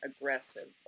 aggressive